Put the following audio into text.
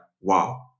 wow